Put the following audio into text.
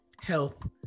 health